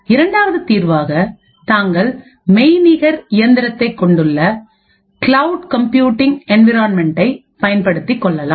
இரண்டாவது தீர்வாக தாங்கள் மெய்நிகர் இயந்திரத்தைக் கொண்டுள்ள கிளவுட் கம்ப்யூட்டிங் என்விரான்மென்டை பயன்படுத்திக் கொள்ளலாம்